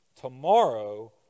Tomorrow